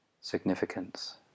significance